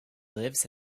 lives